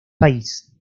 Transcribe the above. país